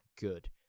good